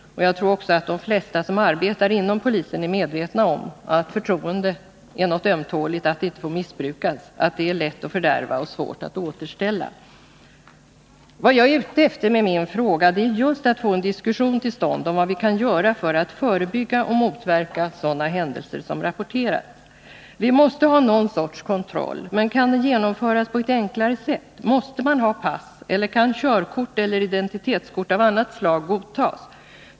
Jag tror att de flesta som arbetar inom polisen är medvetna om att förtroende är något ömtåligt; det får inte missbrukas, det är lätt att fördärva och det är svårt att återställa. Vad jag är ute efter med min fråga är just att få en diskussion till stånd om vad vi kan göra för att förebygga och motverka sådana händelser som rapporterats. Vi måste ha någon sorts kontroll. Men kan den genomföras på ett enklare sätt? Måste man ha pass, eller kan körkort eller identitetskort av annat slag godtas?